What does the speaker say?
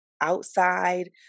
outside